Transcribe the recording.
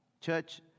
Church